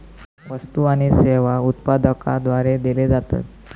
वस्तु आणि सेवा उत्पादकाद्वारे दिले जातत